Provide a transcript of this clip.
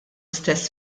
istess